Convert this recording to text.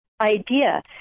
idea